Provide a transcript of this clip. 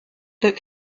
look